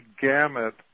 gamut